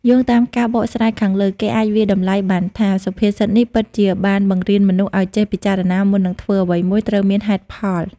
យោងតាមការបកស្រាយខាងលើ គេអាចវាយតម្លៃបានថា សុភាសិតនេះពិតជាបានបង្រៀនមនុស្សឲ្យចេះពិចារណាមុននឹងធ្វើអ្វីមួយ ត្រូវមានហេតុនិងផល។